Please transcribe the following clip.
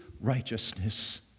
righteousness